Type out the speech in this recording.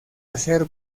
hacer